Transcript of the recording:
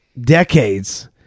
decades